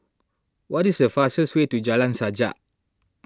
what is the fastest way to Jalan Sajak